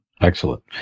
Excellent